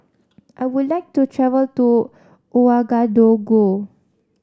I would like to travel to Ouagadougou